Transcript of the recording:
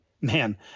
Man